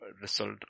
result